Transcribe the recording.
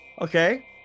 okay